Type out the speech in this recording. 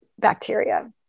bacteria